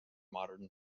modern